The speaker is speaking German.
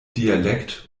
dialekt